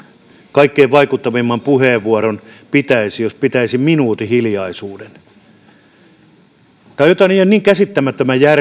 kaikkein vaikuttavimman puheenvuoron pitäisi jos pitäisi minuutin hiljaisuuden tämä on jotain ihan niin käsittämättömän